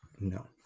No